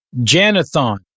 Janathon